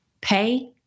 Pay